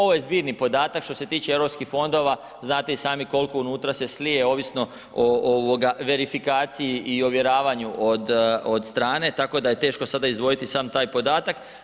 Ovo je zbirni podatak što se tiče europskih fondova znate i sami koliko unutra se slije ovisno o verifikaciji i ovjeravanju od strane, tako da je teško sada izdvojiti sam taj podatak.